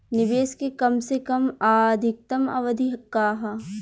निवेश के कम से कम आ अधिकतम अवधि का है?